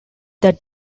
that